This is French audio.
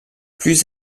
plus